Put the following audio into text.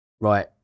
right